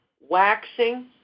waxing